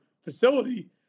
facility